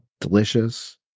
delicious